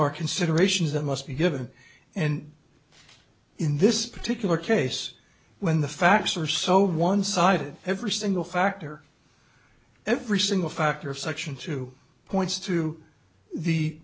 are considerations that must be given and in this particular case when the facts are so one sided every single factor every single factor of section two points to the